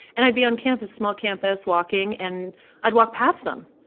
and i'd be on campus small campus walking and i'd walk past them,